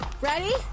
Ready